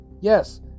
Yes